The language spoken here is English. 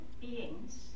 beings